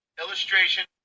illustration